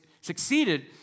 succeeded